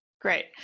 Great